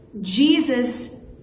Jesus